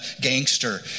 gangster